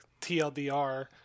tldr